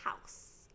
house